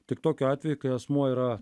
tik tokiu atveju kai asmuo yra